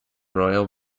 royal